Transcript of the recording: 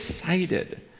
excited